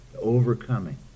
overcoming